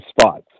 spots